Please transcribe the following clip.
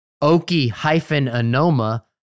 Oki-Anoma